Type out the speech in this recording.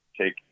take